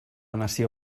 nació